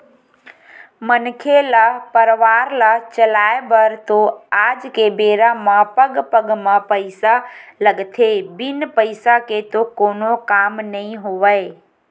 मनखे ल परवार ल चलाय बर तो आज के बेरा म पग पग म पइसा लगथे बिन पइसा के तो कोनो काम नइ होवय